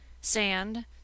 sand